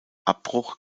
abbruch